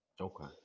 Okay